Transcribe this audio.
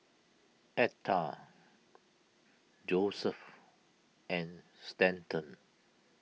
Etha Joesph and Stanton